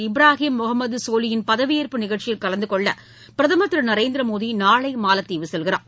இப்ராகிம் முகமது சோலி யின் பதவியேற்பு நிகழ்ச்சியில் கலந்து கொள்ள பிரதமர் திரு நரேந்திர மோடி நாளை மாலத்தீவு செல்கிறார்